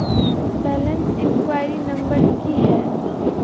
Balance enquiry number की है?